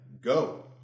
Go